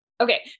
okay